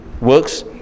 works